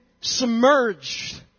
submerged